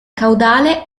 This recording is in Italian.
caudale